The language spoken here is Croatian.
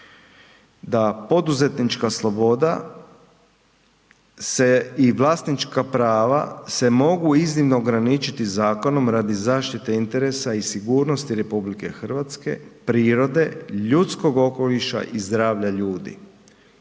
da poduzetnička sloboda se i vlasnička prava se mogu iznimno ograničiti zakonom radi zaštite interesa i sigurnosti RH, prirode, ljudskog okoliša i zdravlja ljudi.